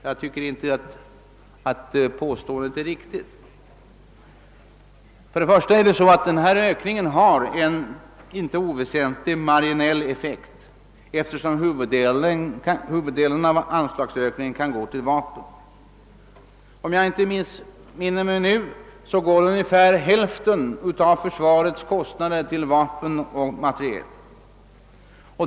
Jag tycker inte att påståendet är riktigt. Denna ökning har en inte oväsentlig marginaleffekt, eftersom huvuddelen av anslagsökningen kan gå till vapen; om jag inte missminner mig går ungefär hälften av försvarskostnaderna till vapen och materiel.